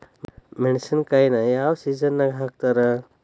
ಮೆಣಸಿನಕಾಯಿನ ಯಾವ ಸೇಸನ್ ನಾಗ್ ಹಾಕ್ತಾರ?